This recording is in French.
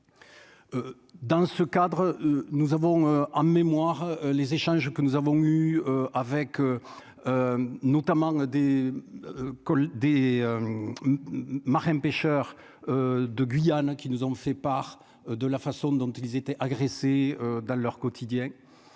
dans ce cadre, nous avons en mémoire les échanges que nous avons eue avec notamment des cols des marins-pêcheurs de Guyane, qui nous ont fait part de la façon dont ils étaient agressés dans leur quotidien,